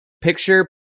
picture